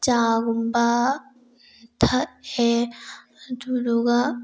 ꯆꯥꯒꯨꯝꯕ ꯊꯛꯑꯦ ꯑꯗꯨꯗꯨꯒ